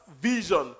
vision